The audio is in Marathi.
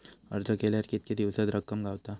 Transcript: अर्ज केल्यार कीतके दिवसात रक्कम गावता?